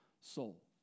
soul